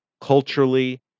culturally